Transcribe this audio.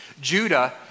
Judah